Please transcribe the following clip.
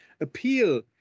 appeal